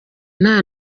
nta